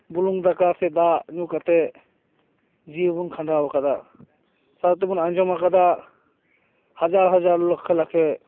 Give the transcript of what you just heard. ᱵᱩᱞᱩᱝ ᱫᱟᱠᱟ ᱥᱮ ᱫᱟᱜ ᱧᱩ ᱠᱟᱛᱮᱫ ᱡᱤᱣᱤ ᱵᱚᱱ ᱠᱷᱟᱸᱰᱟᱣ ᱠᱟᱫᱟ ᱥᱟᱶᱛᱮᱵᱚᱱ ᱟᱸᱡᱚᱢ ᱠᱟᱫᱟ ᱦᱟᱡᱟᱨᱼ ᱦᱟᱡᱟᱨ ᱞᱟᱠᱷᱮᱼᱞᱟᱠᱷᱮ